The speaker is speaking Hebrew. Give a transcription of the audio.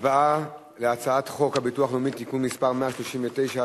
הצבעה על הצעת חוק הביטוח הלאומי (תיקון מס' 139),